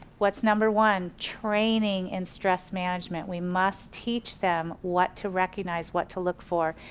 what's number one, training in stress management. we must teach them what to recognize, what to look for.